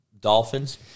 Dolphins